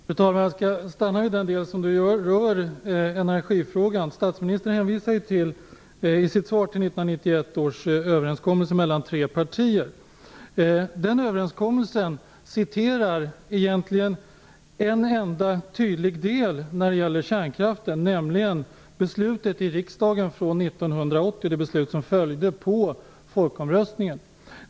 Fru talman! Jag skall stanna vid den del som rör energifrågan. Statsministern hänvisar i sitt svar till 1991 års överenskommelse mellan tre partier. Den överenskommelsen citerar egentligen bara en enda tydlig del i fråga om kärnkraften, nämligen det beslut i riksdagen från 1980 som följde på folkomröstningen.